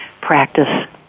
practice